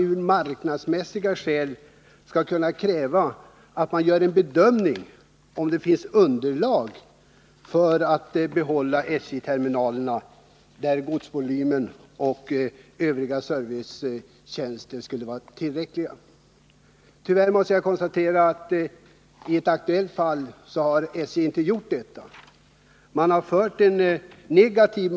Av marknadsmässiga skäl borde kunna krävas att man bedömer om det finns underlag för ett bibehållande av SJ-terminaler på platser där godsvolym och övriga servicetjänster finns i tillräcklig omfattning. Tyvärr måste jag konstatera att SJ i ett aktuellt fall inte gjort någon sådan bedömning.